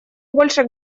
больше